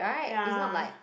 ya